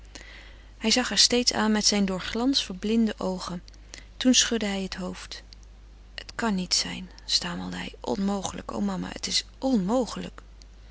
hij zag haar steeds aan met zijne door glans verblinde oogen toen schudde hij het hoofd het kan niet zijn stamelde hij onmogelijk o mama het is onmogelijk